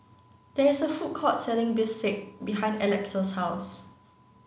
there is a food court selling Bistake behind Elex's house